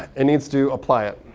it needs to apply it.